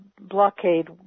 blockade